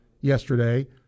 yesterday